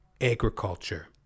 agriculture